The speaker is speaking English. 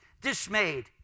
dismayed